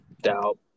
doubt